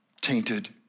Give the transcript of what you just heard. tainted